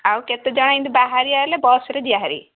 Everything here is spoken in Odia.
ଆଉ କେତେଜଣ ଏମତି ବାହାରି ଆଇଲେ ବସରେ ଯିବା ହାରି